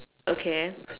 okay